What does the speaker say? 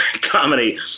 comedy